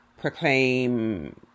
proclaim